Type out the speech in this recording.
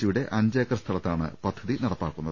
സിയുടെ അഞ്ചേക്കർ സ്ഥലത്താണ് പദ്ധതി നടപ്പാക്കുന്നത്